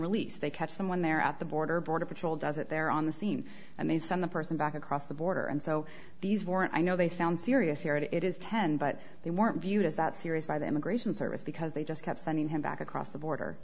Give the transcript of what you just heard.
release they catch someone there at the border border patrol does it there on the scene and they send the person back across the border and so these warrant i know they sound serious here it is ten but they weren't viewed as that serious by the immigration service because they just kept sending him back across the border